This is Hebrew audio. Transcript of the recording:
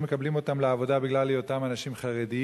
מקבלים אותם לעבודה בגלל היותם חרדים.